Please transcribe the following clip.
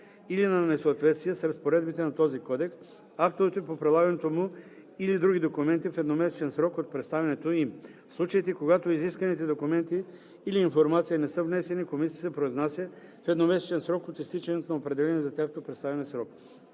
или на несъответствия с разпоредбите на този кодекс, актовете по прилагането му или други документи – в едномесечен срок от представянето им. В случаите, когато изисканите документи или информация не са внесени, комисията се произнася в едномесечен срок от изтичането на определения за тяхното представяне срок.